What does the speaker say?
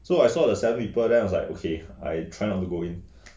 so I saw the seven people then I was like ok I try not to go in